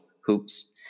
hoops